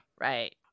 Right